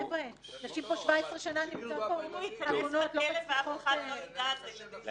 נשים פה 17 שנה עגונות וזה חיים שלמים של סבל.